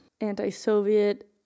anti-soviet